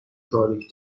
تاریک